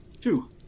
Two